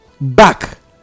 back